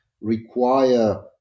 require